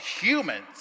humans